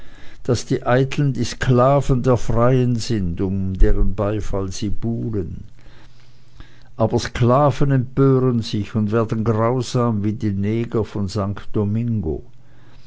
daß die eiteln die sklaven der freien sind um deren beifall sie buhlen aber sklaven empören sich und werden grausam wie die neger von st domingo